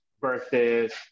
versus